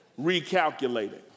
recalculating